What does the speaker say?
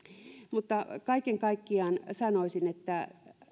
mutta kaiken kaikkiaan sanoisin että